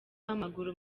w’amaguru